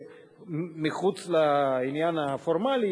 מחוץ לעניין הפורמלי,